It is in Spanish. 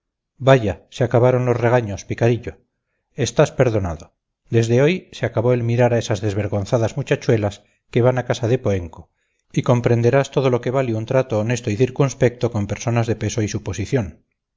vaya se acabaron los regaños picarillo estás perdonado desde hoy se acabó el mirar a esas desvergonzadas muchachuelas que van a casa de poenco y comprenderás todo lo que vale un trato honesto y circunspecto con personas de peso y suposición